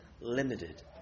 limited